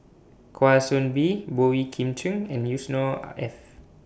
Kwa Soon Bee Boey Kim Cheng and Yusnor Ef